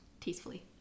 tastefully